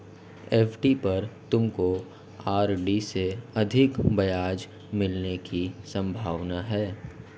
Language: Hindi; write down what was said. एफ.डी पर तुमको आर.डी से अधिक ब्याज मिलने की संभावना है